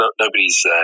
nobody's